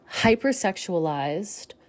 hypersexualized